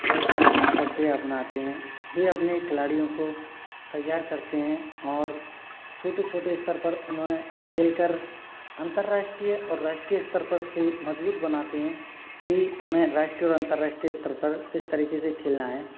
बहुत सारी प्रक्रिया अपनाते हैं वे अपने खिलाड़ियों को तैयार करते हैं और छोटे छोटे स्तर पर उन्हें खेल कर अंतरराष्ट्रीय और राष्ट्रीय स्तर पर खेल मजबूत बनाते हैं कि हमें राष्ट्रीय अंतरराष्ट्रीय स्तर पर किस तरीके से खेलना है